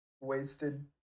wasted